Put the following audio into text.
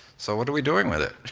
so what are we doing with it?